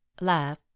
laugh